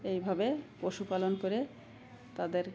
এইভাবে পশুপালন করে তাদের